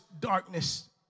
darkness